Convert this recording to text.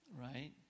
Right